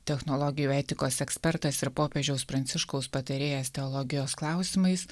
technologijų etikos ekspertas ir popiežiaus pranciškaus patarėjas teologijos klausimais